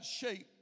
shape